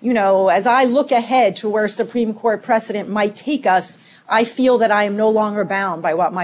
you know as i look ahead to where supreme court precedent might take us i feel that i am no longer bound by what my